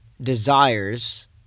desires